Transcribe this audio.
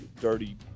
dirty